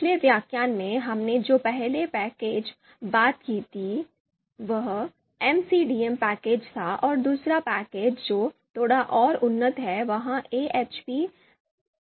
पिछले व्याख्यान में हमने जो पहला पैकेज बात की थी वह MCDA पैकेज था और दूसरा पैकेज जो थोड़ा और उन्नत है वह 'AHP'पैकेज है